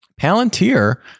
Palantir